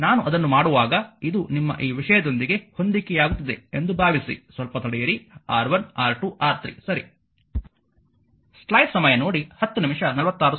ನಾನು ಅದನ್ನು ಮಾಡುವಾಗ ಇದು ನಿಮ್ಮ ಈ ವಿಷಯದೊಂದಿಗೆ ಹೊಂದಿಕೆಯಾಗುತ್ತಿದೆ ಎಂದು ಭಾವಿಸಿ ಸ್ವಲ್ಪ ತಡೆಯಿರಿ R1 R2 R3 ಸರಿ